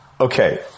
okay